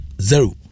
Zero